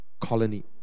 colony